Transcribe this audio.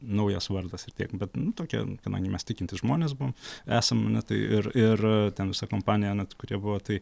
naujas vardas ir tiek bet nu tokia kadangi mes tikintys žmonės buvom esam tai ir ir ten visa kompanija kurie buvo tai